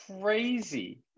crazy